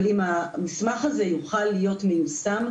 אם המסמך הזה יוכל להיות מיושם,